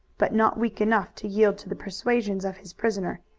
but not weak enough to yield to the persuasions of his prisoner.